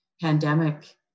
pandemic